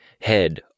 Head